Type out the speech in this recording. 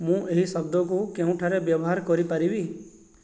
ମୁଁ ଏହି ଶବ୍ଦକୁ କେଉଁଠାରେ ବ୍ୟବହାର କରିପାରିବି